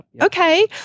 Okay